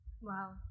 Wow